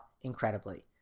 incredibly